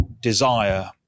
desire